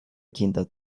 kinder